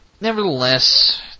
nevertheless